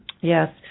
Yes